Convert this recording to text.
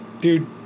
Dude